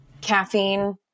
Caffeine